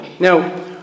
Now